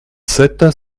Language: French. sept